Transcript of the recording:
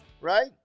right